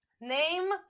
name